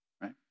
right